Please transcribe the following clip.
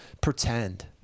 pretend